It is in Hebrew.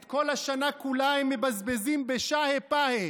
את כל השנה כולה הם מבזבזים בשה"י פה"י,